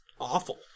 awful